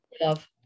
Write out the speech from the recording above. love